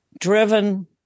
Driven